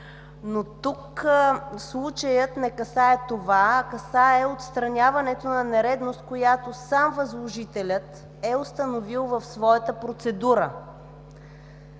Но тук случаят не касае това, а касае отстраняването на нередност, която сам възложителят е установил в своята процедура.